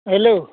hello